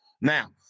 Now